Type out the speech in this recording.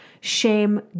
shame